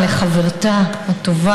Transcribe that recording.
חברת הכנסת מיכל רוזין,